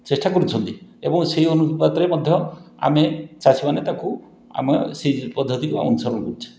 ଚେଷ୍ଟା କରୁଛନ୍ତି ଏବଂ ସେଇ ଅନୁପାତରେ ମଧ୍ୟ ଆମେ ଚାଷୀମାନେ ତାକୁ ଆମେ ସେଇ ପଦ୍ଧତିକୁ ଅନୁସରଣ କରୁଛେ